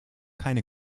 keine